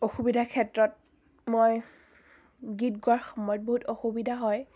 অসুবিধাৰ ক্ষেত্ৰত মই গীত গোৱাৰ সময়ত বহুত অসুবিধা হয়